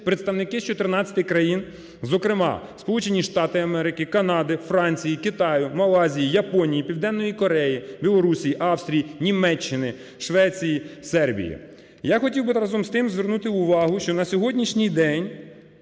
представники з 14 країн, зокрема: Сполучених Штатів Америки, Канади, Франції, Китаю, Малайзії, Японії, Південної Кореї, Білорусі, Австрії, Німеччини, Швеції, Сербії. Я хотів, разом з тим, звернути увагу, що на сьогоднішній день